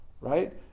right